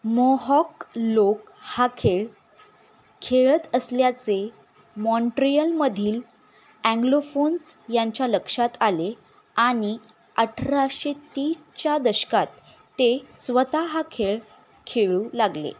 mohawk लोक हा खेळ खेळत असल्याचे मॉन्ट्रियलमधील अँग्लोफोन्स यांच्या लक्षात आले आणि अठराशे तीसच्या दशकात ते स्वतः हा खेळ खेळू लागले